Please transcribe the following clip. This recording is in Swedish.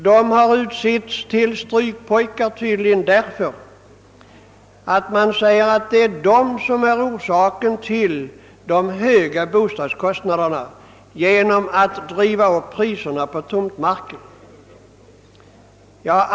De har utsetts till strykpojkar därför att man tydligen anser att de genom att driva upp priserna på tomtmarken är orsaken till de höga bostadskostnaderna.